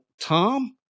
Tom